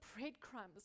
breadcrumbs